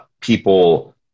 People